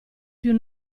piú